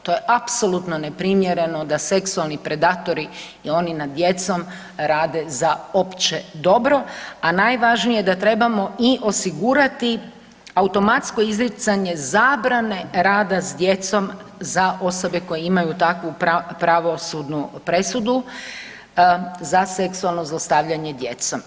To je apsolutno neprimjereno da seksualni predatori i oni nad djecom rade za opće dobro, a najvažnije da trebamo i osigurati automatsko izricanje zabrane rada s djecom za osobe koje imaju takvu pravosudnu presudu za seksualno zlostavljanje djecom.